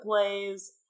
plays